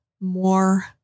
more